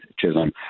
Chisholm